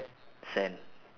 sand